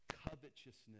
Covetousness